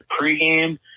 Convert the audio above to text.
pregame